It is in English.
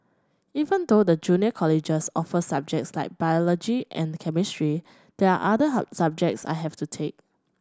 even though the junior colleges offer subjects like biology and chemistry there are other subjects I have to take